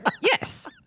Yes